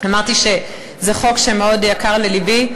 אמרתי שזה חוק שמאוד יקר ללבי.